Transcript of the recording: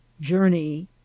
journey